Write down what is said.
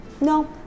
no